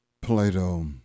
Plato